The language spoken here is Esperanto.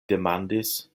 demandis